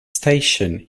station